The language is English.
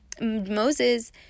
Moses